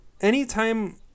anytime